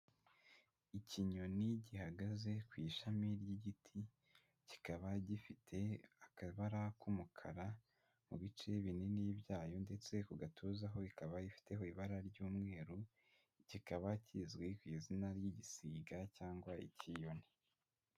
Ikinyoni gihagaze ku ishami ry'igiti, kikaba gifite akabara k'umukara, mu bice binini byayo ndetse ku gatuza ho ikaba ifiteho ibara ry'umweru, kikaba kizwi ku izina ry'igisiga cyangwa icyiyoni.